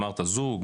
אמרת זוג,